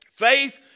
Faith